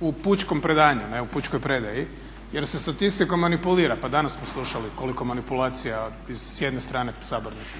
u pučkom predanju, ne u pučkoj predaji jer se statistikom manipulira. Pa danas smo slušali koliko manipulacija s jedne strane sabornice